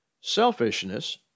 Selfishness